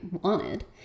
wanted